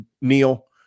Neil